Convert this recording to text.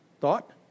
thought